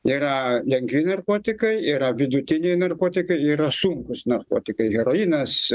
yra lengvi narkotikai yra vidutiniai narkotikai yra sunkūs narkotikai heroinas